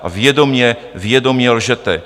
A vědomě, vědomě lžete.